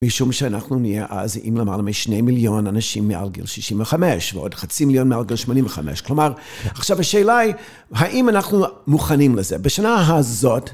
משום שאנחנו נהיה אז עם למעלה מ-2 מיליון אנשים מעל גיל 65 ועוד חצי מיליון מעל גיל 85. כלומר, עכשיו השאלה היא, האם אנחנו מוכנים לזה? בשנה הזאת...